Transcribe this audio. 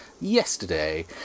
Yesterday